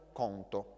conto